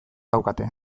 daukate